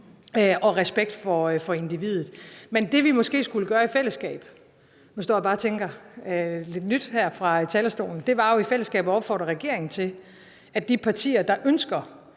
og respekt for individet. Men det, vi måske skulle gøre i fællesskab – nu står jeg bare og tænker lidt nyt her på talerstolen – var jo at opfordre regeringen til, at de partier, der ønsker